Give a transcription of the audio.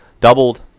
doubled